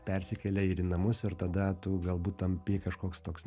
persikelia ir į namus ir tada tu galbūt tampi kažkoks toks